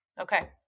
Okay